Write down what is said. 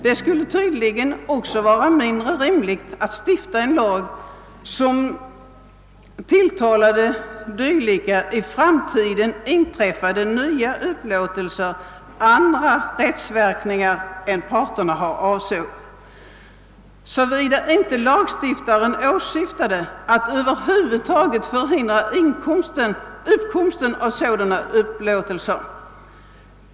Det skulle tydligen också vara mindre rimligt att stifta en lag, som tillade dylika i framtiden inträffade nya upplåtelser andra rättsverkningar än parterna avsåge, såvida ej lagstiftaren åsyftade att över huvud förhindra uppkomsten av sådana upplåtelser.